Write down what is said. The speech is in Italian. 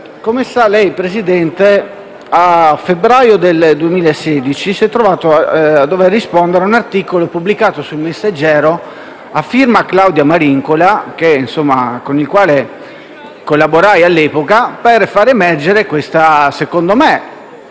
come lei sa, Presidente, a febbraio del 2016 si è trovato a dover rispondere ad un articolo pubblicato su «Il Messaggero», a firma Claudio Marincola, con il quale collaborai, all'epoca, per far emergere quella che,